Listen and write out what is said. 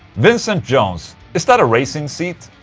vincent jones is that a racing seat?